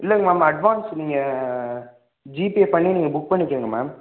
இல்லைங்க ma'am advance நீங்கள் GPay பண்ணி நீங்கள் புக் பண்ணிக்கோங்க மேம்